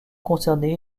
concerné